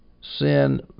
sin